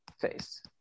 face